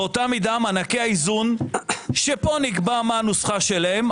באותה מידה מענקי האיזון שפה נקבע מה הנוסחה שלהם,